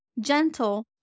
gentle